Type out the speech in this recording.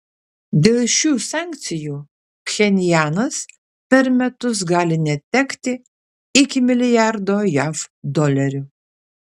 dėl šių sankcijų pchenjanas per metus gali netekti iki milijardo jav dolerių